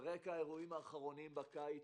על רקע האירועים האחרונים בקיץ,